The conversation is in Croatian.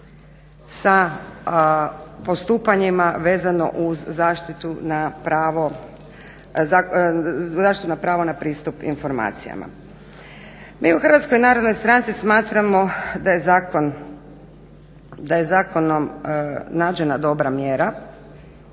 sa postupanjima vezano uz zaštitu na pravo na pristup informacijama. Mi u HNS smatramo da je zakon, da je zakonom nađena dobra mjera,